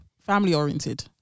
Family-oriented